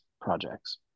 projects